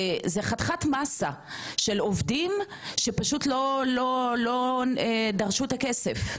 זה חתיכת מסה של עובדים שפשוט לא דרשו את הכסף,